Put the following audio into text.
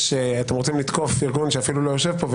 אתם רוצים לתקוף מי שלא יושב פה.